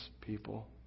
people